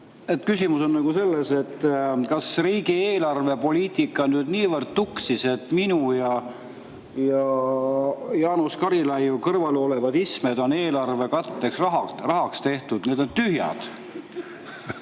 Küsimus on selles, et kas riigi eelarvepoliitika on nüüd niivõrd tuksis, et minu ja Jaanus Karilaiu kõrval olevad istmed on eelarve katteks rahaks tehtud. Need [kohad]